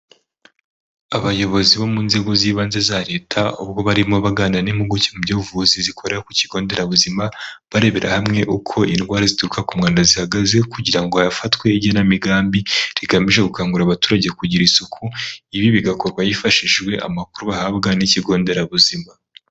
Abayobozi bo mu Nzego z'Ibanze za Leta, ubwo barimo baganira n'impuguke mu by'ubuvuzi zikorera ku kigo nderabuzima, barebera hamwe uko indwara zituruka ku mwanda zihagaze kugira ngo hafatwe igenamigambi rigamije gukangurira abaturage kugira isuku, ibi bigakorwa hifashishijwe amakuru bahabwa n'ikigo nderabuzima.